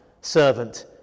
servant